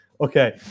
okay